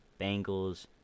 Bengals